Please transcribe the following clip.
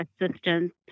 assistance